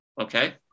Okay